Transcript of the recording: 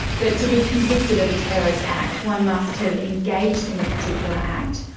that to be convicted of a terrorist act one must have engaged in a particular act,